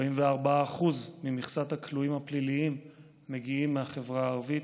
44% ממכסת הכלואים הפליליים מגיעים מהחברה הערבית,